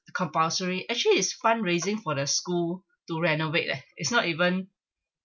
compulsory actually is fund fundraising for the school to renovate leh it's not even